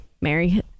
mary